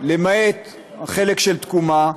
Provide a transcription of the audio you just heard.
למעט החלק של תקומה,